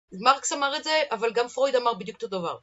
מרקס אמר את זה, אבל גם פרויד אמר בדיוק את אותו דבר.